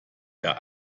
der